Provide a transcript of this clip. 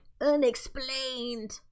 unexplained